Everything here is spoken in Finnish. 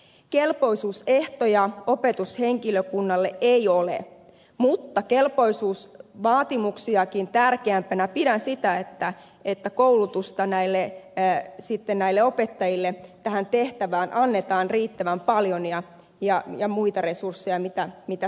kelpoisuusehtoja opetushenkilökunnalle ei ole mutta kelpoisuusvaatimuksiakin tärkeämpänä pidän sitä että koulutusta näille opettajille tähän tehtävään annetaan riittävän paljon ja muita resursseja mitä se vaatii